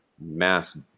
Mass